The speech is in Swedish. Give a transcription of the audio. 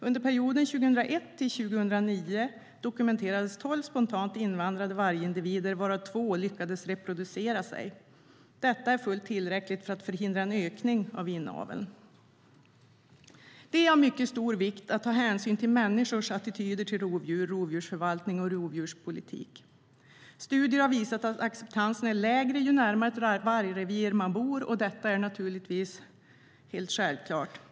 Under perioden 2001-2009 dokumenterades tolv spontant invandrade vargindivider, varav två lyckades reproducera sig. Detta är fullt tillräckligt för att förhindra en ökning av inaveln. Det är av mycket stor vikt att ta hänsyn till människors attityder till rovdjur, rovdjursförvaltning och rovdjurspolitik. Studier har visat att acceptansen är lägre ju närmare ett vargrevir man bor, och detta är naturligtvis helt självklart.